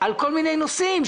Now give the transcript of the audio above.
יעלו כל מיני נושאים,